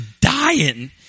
dying